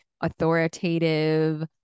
authoritative